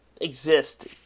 exist